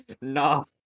no